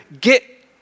get